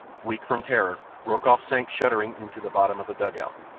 weak from terror, rokoff sank shuddering into the bottom of the dugout.